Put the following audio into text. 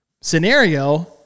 scenario